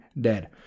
dead